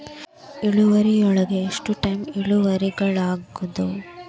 ಇಳುವರಿಯೊಳಗ ಎಷ್ಟ ಟೈಪ್ಸ್ ಇಳುವರಿಗಳಾದವ